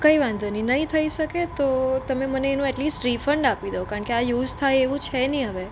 કંઇ વાંધો નહીં નહીં થઈ શકે તો તમે મને એનું એટલિસ્ટ રિફંડ આપી દો કારણ કે આ યુસ થાય એવું છે નહીં હવે